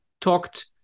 talked